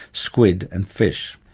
squid and fish.